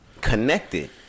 connected